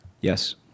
yes